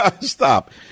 Stop